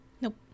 Nope